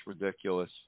ridiculous